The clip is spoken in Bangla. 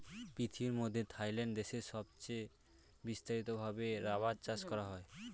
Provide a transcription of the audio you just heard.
পৃথিবীর মধ্যে থাইল্যান্ড দেশে সবচে বিস্তারিত ভাবে রাবার চাষ করা হয়